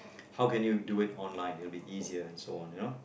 how can you do it online it will be easier and so on you know